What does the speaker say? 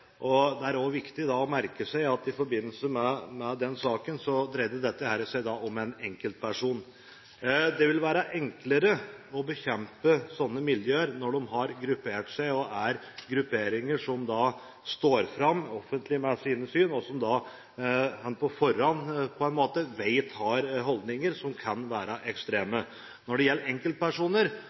forbindelse med den saken dreide det seg om en enkeltperson. Det vil være enklere å bekjempe slike miljøer hvis de har gruppert seg og hvis det er grupperinger som står fram offentlig med sine syn, og som vi på forhånd vet har holdninger som kan være ekstreme. Når det gjelder enkeltpersoner,